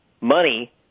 money